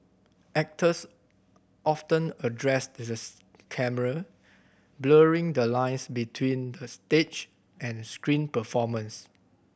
actors often addressed the camera blurring the lines between stage and screen performance